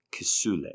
Kisule